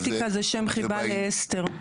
אתיקה זה שם חיבה לאסתר,